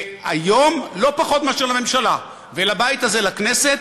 והיום, לא פחות מאשר לממשלה ולבית הזה, לכנסת,